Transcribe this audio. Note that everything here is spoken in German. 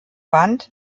band